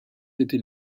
était